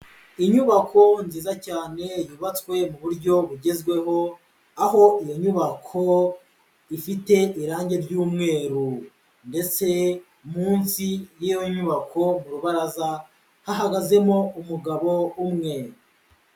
Inyubako nziza cyane yubatswe mu buryo bugezweho, aho iyo nyubako ifite irangi ry'umweru ndetse munsi y'iyo nyubako mu rubaraza, hahagazemo umugabo umwe.